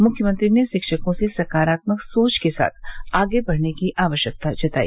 मुख्यमंत्री ने शिक्षकों से सकारात्मक सोच के साथ आगे बढ़ने की आवश्यकता बताई